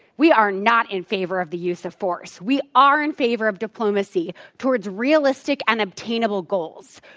we are not in favor of the use of force. we are in favor of diplomacy towards realistic and obtainable goals.